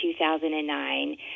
2009